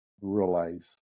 realize